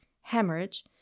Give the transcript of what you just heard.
hemorrhage